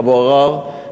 אבו עראר,